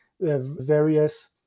various